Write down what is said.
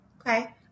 Okay